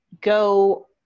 go